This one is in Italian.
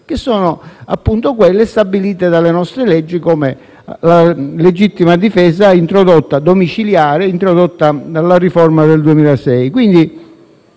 che sono quelle stabilite dalle nostre leggi, come la legittima difesa domiciliare, introdotta dalla riforma del 2006.